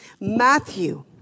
Matthew